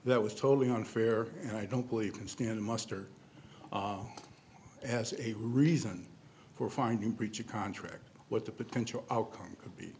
that was totally unfair and i don't believe stand muster as a reason for finding a breach of contract with the potential outcome could be